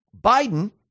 Biden